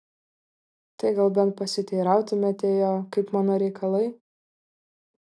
tai gal bent pasiteirautumėte jo kaip mano reikalai